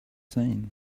seen